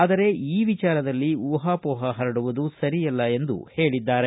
ಆದರೆ ಈ ವಿಚಾರದಲ್ಲಿ ಊಹಾಮೋಪ ಪರಡುವುದು ಸರಿಯಲ್ಲ ಎಂದು ಹೇಳಿದ್ದಾರೆ